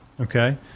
Okay